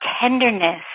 tenderness